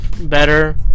better